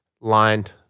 lined